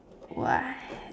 what